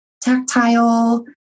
tactile